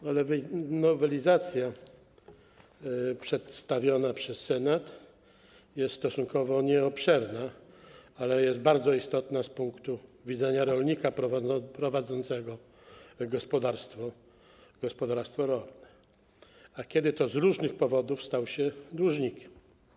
Nowelizacja przedstawiona przez Senat jest stosunkowo nieobszerna, ale jest bardzo istotna z punktu widzenia rolnika prowadzącego gospodarstwo rolne, kiedy to z różnych powodów stał się dłużnikiem.